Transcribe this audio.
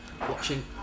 watching